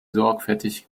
sorgfältig